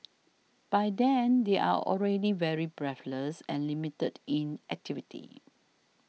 by then they are already very breathless and limited in activity